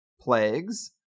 plagues